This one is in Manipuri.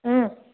ꯎꯝ